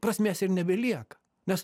prasmės ir nebelieka nes